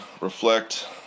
reflect